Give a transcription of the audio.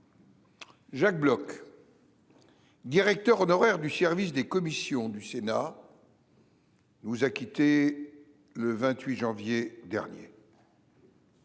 Jacques Bloch. Directeur honoraire du service des commissions du Sénat. Nous a quittés le 28 janvier dernier.